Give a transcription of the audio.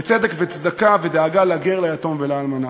וצדק וצדקה, ודאגה לגר, ליתום ולאלמנה.